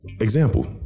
example